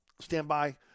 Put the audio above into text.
standby